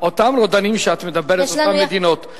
אותם רודנים שאת מדברת, אותן מדינות.